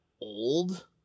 old